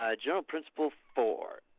ah general principle four.